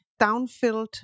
downfilled